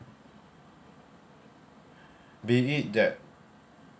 believe that